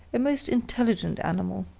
a most intelligent animal.